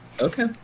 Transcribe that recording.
Okay